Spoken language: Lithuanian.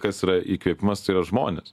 kas yra įkvėpimas tai yra žmonės